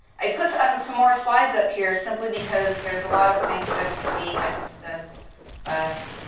i put so um some more slides up here simply because there's a lot of things that's me hiking to the us,